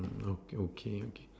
okay okay